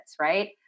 right